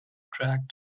tract